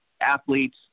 athletes